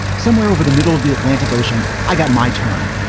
somewhere over the middle of the atlantic ocean, i got my turn.